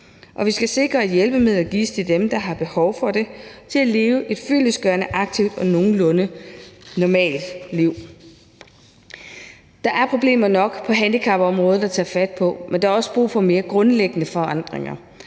og vi skal sikre, at hjælpemidlerne gives til dem, der har behov for det, til at leve et fyldestgørende, aktivt og nogenlunde normalt liv. Der er problemer nok at tage fat på på handicapområdet, men der er også brug for mere grundlæggende forandringer.